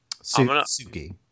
Suki